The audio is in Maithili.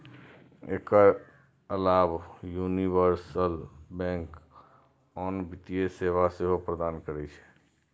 एकर अलाव यूनिवर्सल बैंक आन वित्तीय सेवा सेहो प्रदान करै छै